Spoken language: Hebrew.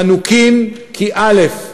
חנוקים, כי, א.